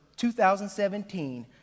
2017